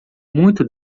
muito